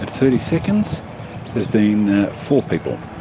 thirty seconds there's been four people.